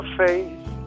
face